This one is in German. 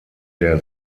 der